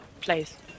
place